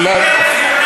אל תשווה, היטלר זה נאצי.